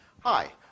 Hi